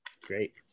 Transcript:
Great